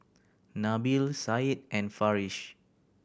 Nabil Said and Farish